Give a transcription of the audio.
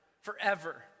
Forever